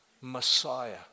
Messiah